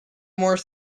more